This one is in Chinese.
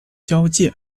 交界